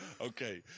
okay